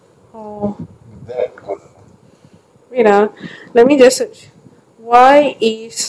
wait ah let me just search why is my why was it today I search